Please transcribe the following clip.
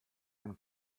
dem